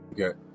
Okay